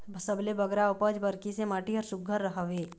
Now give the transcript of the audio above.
सबले बगरा उपज बर किसे माटी हर सुघ्घर हवे?